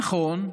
נכון,